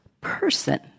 person